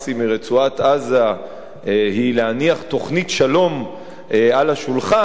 מרצועת-עזה היא להניח תוכנית שלום על השולחן,